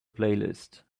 playlist